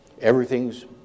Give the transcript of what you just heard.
Everything's